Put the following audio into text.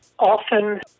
Often